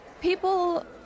people